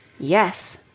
yes!